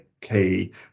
key